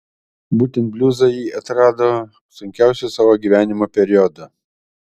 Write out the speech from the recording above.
būtent bliuzą ji atrado sunkiausiu savo gyvenimo periodu